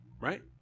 right